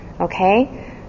okay